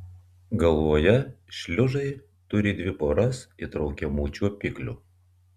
galvoje šliužai turi dvi poras įtraukiamų čiuopiklių